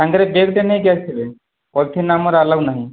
ସାଙ୍ଗରେ ବ୍ୟାଗ୍ ଟେ ନେଇକି ଆସିଥିବେ ପଲିଥିନ ଆମର ଆଲାଓ ନାହିଁ